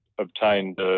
obtained